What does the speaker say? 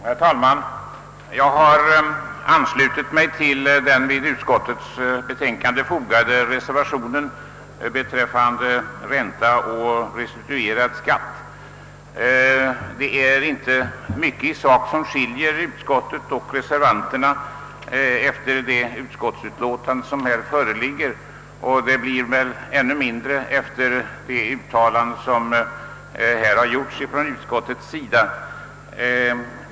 Herr talman! Jag har anslutit mig till den vid utskottets betänkande fogade reservationen beträffande ränta å restituerad skatt. Det är inte mycket i sak som skiljer utskottet och reservanterna enligt det utskottsutlåtande som här föreligger, och skillnaden är väl ännu mindre efter de uttalanden som här gjorts av utskottets talesman.